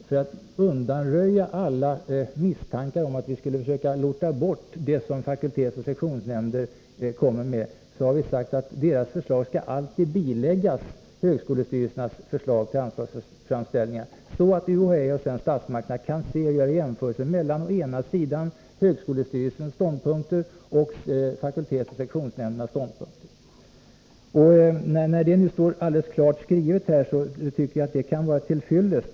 För att undanröja alla misstankar om att vi skulle försöka undanhålla information från fakultetsoch sektionsnämnder har vi sagt att deras förslag alltid skall biläggas högskolestyrelsernas förslag till anslagsframställningar, så att UHÄ och sedan statsmakterna kan göra jämförelser mellan å ena sidan högskolestyrelsens ståndpunkter och å andra sidan fakultetsoch sektionsnämndernas ståndpunkter. När det nu står alldeles klart skrivet här, tycker jag att det bör vara till fyllest.